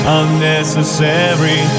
unnecessary